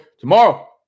tomorrow